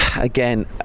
again